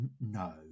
no